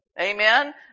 Amen